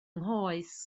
nghoes